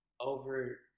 over